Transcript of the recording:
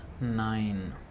nine